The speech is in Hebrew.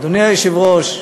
אדוני היושב-ראש,